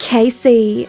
Casey